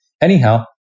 Anyhow